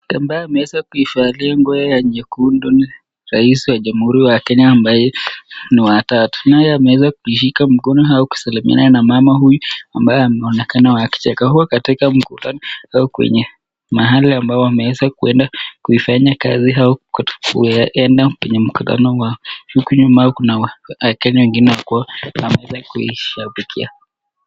Mtu ambaye ameweza kuivaliya nguo ya nyekundu ni rais wa jamhuri wa Kenya ambaye ni watatu. Naye ameweza kuishika mkono au kusalmiana na mama huyu ambaye wanaonekana wakicheka. Wako katika mkutano wao kwenye mahali ambao wameweza kuenda kuifanya kazi kwenye mkutano wao. Huku nyuma kuna wakenya wengine wako wamekuja kuishabikia.